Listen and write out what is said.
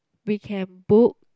we can book